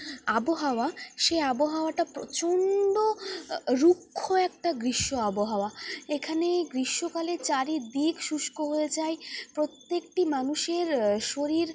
আবহাওয়া সেই আবহাওয়াটা প্রচণ্ড রুক্ষ একটা গ্রীষ্ম আবহাওয়া এখানে গ্রীষ্মকালে চারিদিক শুষ্ক হয়ে যায় প্রত্যেকটি মানুষের শরীর